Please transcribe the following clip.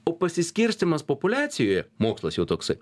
o pasiskirstymas populiacijoje mokslas jau toksai